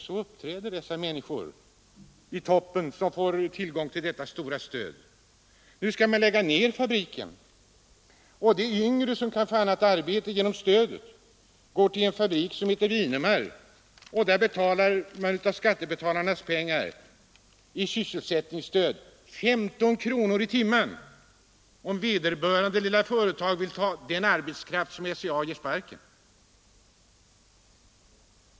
Så uppträder dessa människor i toppen, som får tillgång till detta stora stöd! Nu skall man som sagt lägga ner fabriken, och de yngre arbetarna, som kan få annat arbete genom stödet, går till en fabrik som heter Winemar, där de avlönas med skattebetalarnas pengar, som ger sysselsättningsstöd med 15 kronor i timmen, om det lilla företaget vill ta den arbetskraft som SCA ger sparken.